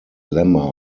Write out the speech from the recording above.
lemma